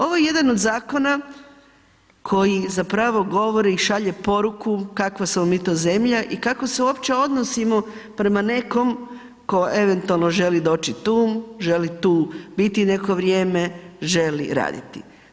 Ovo je jedan od zakon koji zapravo govori i šalje poruku kakva smo mi to zemlja i kako se uopće odnosimo prema nekom tko eventualno želi doći tu, želi tu biti neko vrijeme, želi raditi.